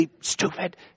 stupid